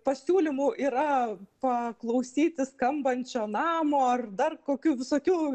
pasiūlymų yra paklausyti skambančio namo ar dar kokių visokių